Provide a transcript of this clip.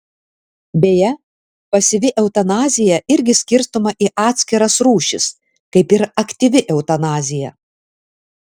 beje pasyvi eutanazija irgi skirstoma į atskiras rūšis kaip ir aktyvi eutanazija